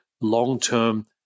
long-term